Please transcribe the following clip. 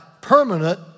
permanent